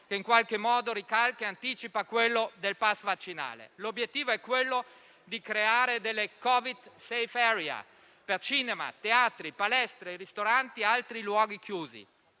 che in qualche modo ricalca e anticipa quello del *pass* vaccinale. L'obiettivo è creare delle Covid *safe area* per cinema, teatri, palestre, ristoranti e altri luoghi chiusi,